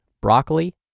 broccoli